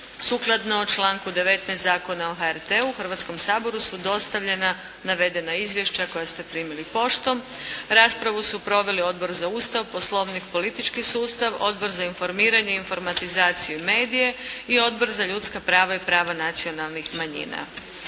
Sukladno članku 19. Zakona o HRT-u Hrvatskom saboru su dostavljena navedena izvješća koja ste primili poštom. Raspravu su proveli Odbor za Ustav, Poslovnik i politički sustav. Odbor za informiranje, informatizaciju i medije i Odbor za ljudska prava i prava nacionalnih manjina.